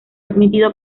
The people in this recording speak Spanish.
admitido